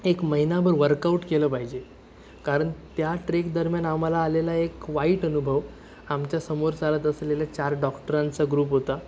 एक महिनाभर वर्कआउट केलं पाहिजे कारण त्या ट्रेक दरम्यान आम्हाला आलेला एक वाईट अनुभव आमच्यासमोर चालत असलेल्या चार डॉक्टरांचा ग्रुप होता